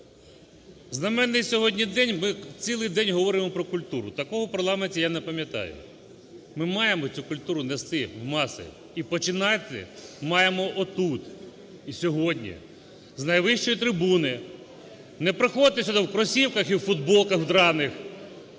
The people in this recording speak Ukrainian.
Знаменний сьогодні день, ми цілий день говоримо про культуру, такого в парламенті я не пам'ятаю. Ми маємо цю культуру нести в маси і починати маємо от тут. І сьогодні з найвищої трибуни, не приходьте сюди в кросівках і в футболках в драних…